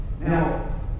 Now